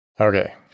Okay